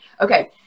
Okay